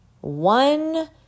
one